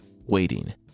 waiting